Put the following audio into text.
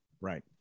Right